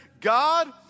God